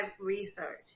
research